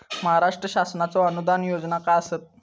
महाराष्ट्र शासनाचो अनुदान योजना काय आसत?